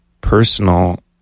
personal